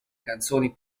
canzoni